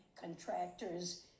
contractors